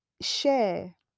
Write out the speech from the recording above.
share